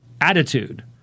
attitude